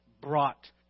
brought